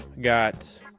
got